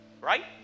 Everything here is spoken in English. right